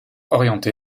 orienté